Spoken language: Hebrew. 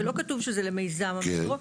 ולא כתוב שזה למיזם המטרו,